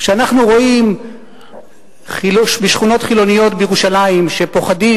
כשאנחנו רואים בשכונות חילוניות בירושלים שפוחדים,